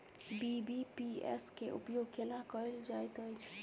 BBPS केँ उपयोग केना कएल जाइत अछि?